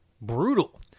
brutal